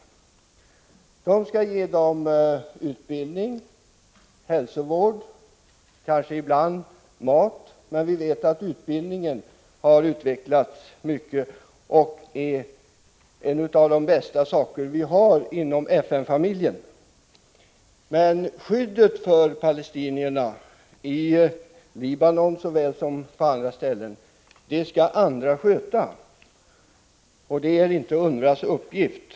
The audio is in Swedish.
Man skall ge dem utbildning, hälsovård och kanske ibland mat. Vi vet att särskilt utbildningen har blivit UNRWA:s uppgift och är en av de bästa saker vi har inom FN-familjen. Men skyddet för palestinierna, i Libanon såväl som på andra ställen, skall andra sköta, det är inte UNRWA:s uppgift.